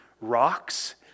rocks